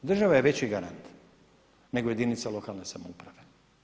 Država je veći garant nego jedinica lokalne samouprave.